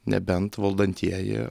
nebent valdantieji